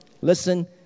Listen